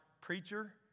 preacher